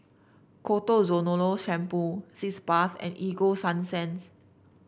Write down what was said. Ketoconazole Shampoo Sitz Bath and Ego Sunsense